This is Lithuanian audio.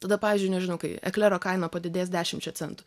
tada pavyzdžiui nežinau kai eklero kaina padidės dešimčia centų